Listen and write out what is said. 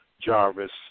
Jarvis